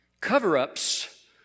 cover-ups